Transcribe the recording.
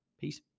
Peace